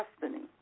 destiny